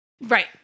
Right